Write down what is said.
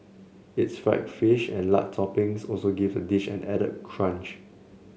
its fried fish and lard toppings also give the dish added crunch